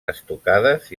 estucades